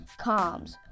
comms